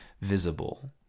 visible